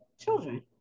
children